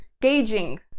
gauging